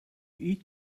eat